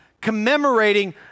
commemorating